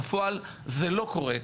בפועל, זה לא קורה.